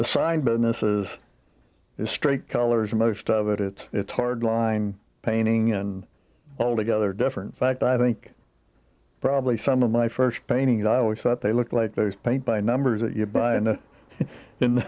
the sign businesses is straight colors most of it it's hard line painting an altogether different fact i think probably some of my first painting i always thought they looked like those paint by numbers that you buy and in the